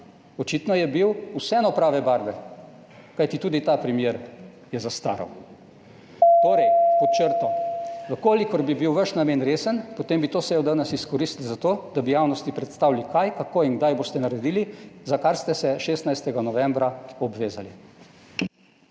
očitno je bil vseeno prave barve, kajti tudi ta primer je zastaral. Torej, pod črto, v kolikor bi bil vaš namen resen, potem bi to sejo danes izkoristili za to, da bi javnosti predstavili kaj, kako in kdaj boste naredili, za kar ste se 16. novembra obvezali.